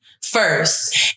first